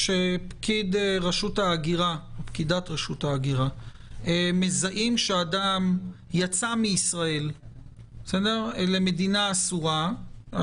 כשפקידי רשות ההגירה מזהים שאדם יצא מישראל למדינה אסורה,